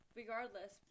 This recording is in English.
regardless